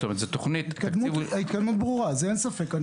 זאת תוכנית ותקציב --- ההתקדמות ברורה, אין ספק.